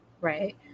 Right